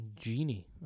genie